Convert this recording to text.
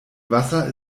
wasser